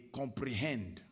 comprehend